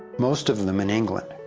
most of them in england.